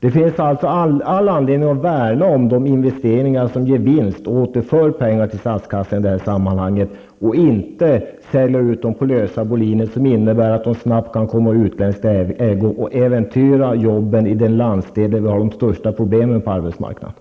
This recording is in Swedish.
Det finns all anledning att värna om de investeringar som ger vinst och återför pengar till statskassan i det här sammanhanget. Det finns ingen anledning att sälja ut dem på lösa boliner. Det kan innebära att de snabbt kan komma i utländsk ägo. Då äventyrar man jobben i den landsdel där vi har de största problemen på arbetsmarknaden.